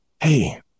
Hey